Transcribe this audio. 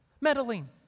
meddling